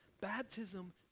Baptism